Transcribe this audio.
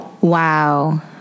Wow